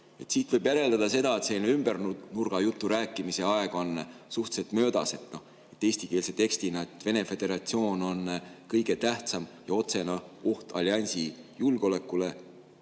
Siit võib järeldada seda, et selline ümbernurgajutu rääkimise aeg on suhteliselt möödas. Eestikeelse tekstina: "Venemaa Föderatsioon on kõige tähtsam ja otsene oht alliansi julgeolekule